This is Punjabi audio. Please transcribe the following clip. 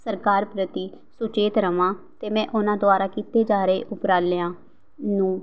ਸਰਕਾਰ ਪ੍ਰਤੀ ਸੁਚੇਤ ਰਹਾਂ ਅਤੇ ਮੈਂ ਉਹਨਾਂ ਦੁਆਰਾ ਕੀਤੇ ਜਾ ਰਹੇ ਉਪਰਾਲਿਆਂ ਨੂੰ